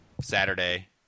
Saturday